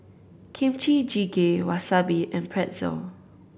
Kimchi Jjigae Wasabi and Pretzel